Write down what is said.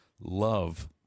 love